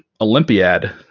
Olympiad